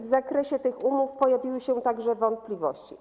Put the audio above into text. W zakresie tych umów pojawiały się także wątpliwości.